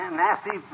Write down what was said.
nasty